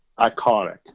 Iconic